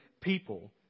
people